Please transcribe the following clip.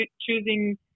choosing